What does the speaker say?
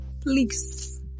Please